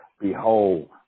behold